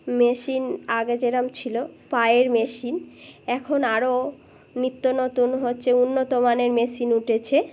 machine আগে যেরকম ছিলো পায়ের মেশিন এখন আরও নিত্য নতুন হচ্ছে উন্নতমানের মেশিন উঠেছে